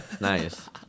Nice